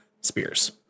spears